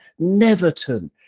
Neverton